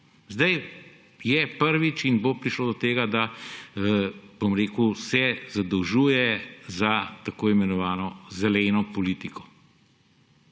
Zdaj je prvič in bo prišlo do tega, da se zadolžuje za tako imenovano zeleno politiko.